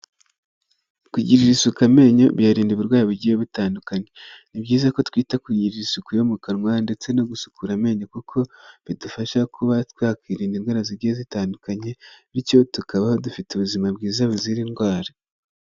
Kugirira isuku amenyo biyarinda uburwayi bugiye butandukanye. Ni byiza ko twita kugirira isuku yo mu kanwa ndetse no gusukura amenyo kuko bidufasha kuba twakwirinda indwara zigiye zitandukanye, bityo tukaba dufite ubuzima bwiza buzira indwara.